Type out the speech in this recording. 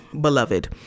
beloved